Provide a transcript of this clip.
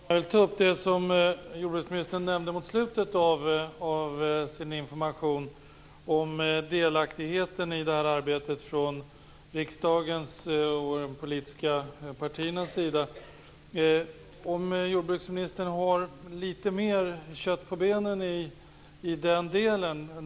Fru talman! Jag vill ta upp det som jordbruksministern nämnde mot slutet av sin information om riksdagens och de politiska partiernas delaktighet i detta arbete. Jag undrar om jordbruksministern har litet mer kött på benen i den delen.